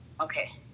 Okay